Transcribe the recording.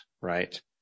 right